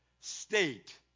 state